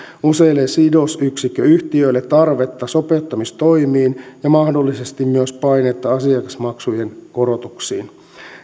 useille sidosyksikköyhtiöille tarvetta sopeuttamistoimiin ja mahdollisesti myös paineita asiakasmaksujen korotuksiin